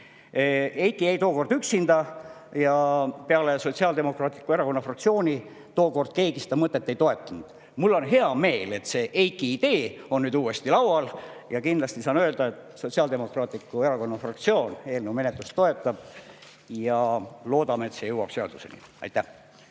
Eiki jäi tookord üksinda ja peale Sotsiaaldemokraatliku Erakonna fraktsiooni keegi seda mõtet ei toetanud. Mul on hea meel, et see Eiki idee on nüüd uuesti laual. Kindlasti saan öelda, et Sotsiaaldemokraatliku Erakonna fraktsioon eelnõu menetlust toetab. Loodame, et see saab seaduseks. Aitäh!